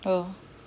oh